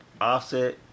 offset